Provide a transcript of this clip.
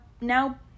now